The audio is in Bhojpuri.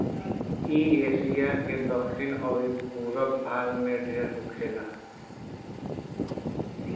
इ एशिया के दखिन अउरी पूरब भाग में ढेर होखेला